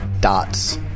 Dots